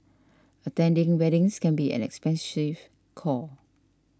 attending weddings can be an expensive core